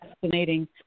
fascinating